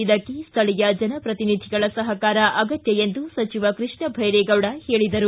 ಇದಕ್ಕೆ ಶ್ಠಳೀಯ ಜನಪ್ರತಿನಿಧಿಗಳ ಸಹಕಾರ ಅಗತ್ಕ ಎಂದು ಸಚಿವ ಕೃಷ್ಣ ಭೈರೇಗೌಡ ಹೇಳಿದರು